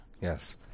Yes